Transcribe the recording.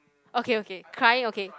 okay okay crying okay